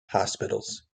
hospitals